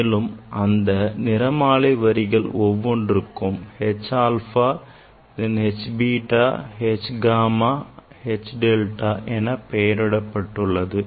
மேலும் அந்த நிறைமாலை வரிகள் ஒவ்வொன்றுக்கும் H alpha then H beta H gamma H delta எனப் பெயரிடப்பட்டுள்ளது